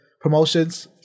promotions